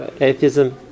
Atheism